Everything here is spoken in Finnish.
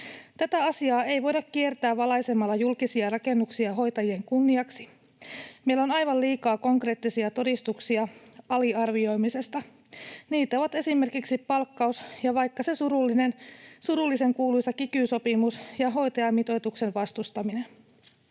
Tätä asiaa ei voida kiertää valaisemalla julkisia rakennuksia hoitajien kunniaksi. Meillä on aivan liikaa konkreettisia todistuksia aliarvioimisesta. Niitä ovat esimerkiksi palkkaus ja vaikka se surullisenkuuluisa kiky-sopimus ja hoitajamitoituksen vastustaminen.